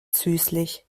süßlich